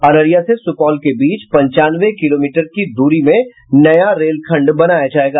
अररिया से सुपौल के बीच पंचानवे किलोमीटर की दूरी में नया रेलखंड बनाया जायेगा